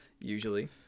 usually